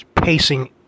pacing